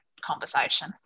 conversation